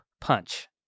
Punch